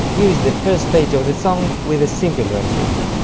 here is the first page of the song with a simple realization